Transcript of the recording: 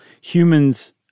humans